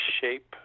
shape